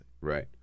Right